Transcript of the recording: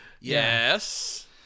Yes